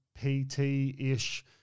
pt-ish